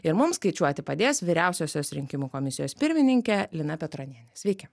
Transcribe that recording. ir mums skaičiuoti padės vyriausiosios rinkimų komisijos pirmininkė lina petronienė sveiki